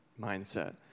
mindset